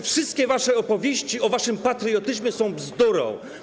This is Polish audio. Wszystkie wasze opowieści o waszym patriotyzmie są bzdurą.